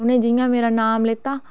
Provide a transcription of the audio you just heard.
उनें जि'यां मेरा नाम लैता